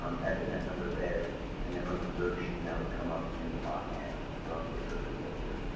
um type in that number there and then run the search and that would come up in the bottom half of your search results here.